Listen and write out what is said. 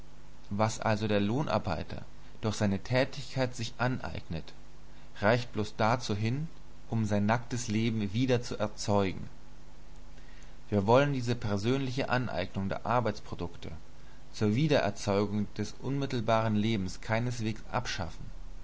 was also der lohnarbeiter durch seine tätigkeit sich aneignet reicht bloß dazu hin um sein nacktes leben wieder zu erzeugen wir wollen diese persönliche aneignung der arbeitsprodukte zur wiedererzeugung des unmittelbaren lebens keineswegs abschaffen